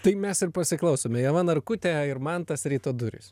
tai mes ir pasiklausom ieva narkutė ir mantas ryto duris